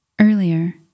Earlier